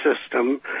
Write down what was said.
system